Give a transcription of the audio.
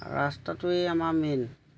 ৰাস্তাটোৱেই আমাৰ মেইন